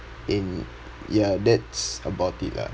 and ya that's about it lah